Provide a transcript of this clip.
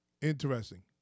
Interesting